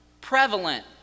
prevalent